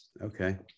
Okay